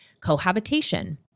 cohabitation